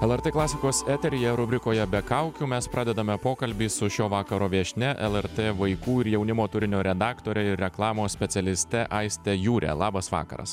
lrt klasikos eteryje rubrikoje be kaukių mes pradedame pokalbį su šio vakaro viešnia lrt vaikų ir jaunimo turinio redaktore ir reklamos specialiste aiste jūre labas vakaras